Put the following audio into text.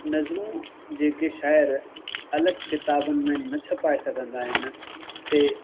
नज़मू जेके शायर अलॻि किताबुनि में न छपाए सघंदा आहिनि ते